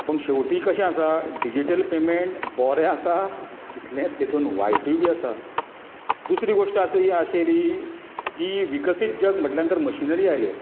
पूण शेवटी कशें आसा डिजीटल पेमॅंट बरें आसा तितलें तितून वायटूय बी आसा दुसरी गोश्ट आशिल्ली की विकसीत जग म्हटलें की मशिनरी आयल्यो